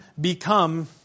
become